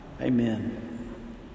Amen